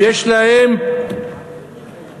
ויש להם "לצערם"